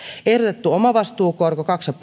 ehdotettu omavastuukorko kaksi